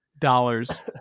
dollars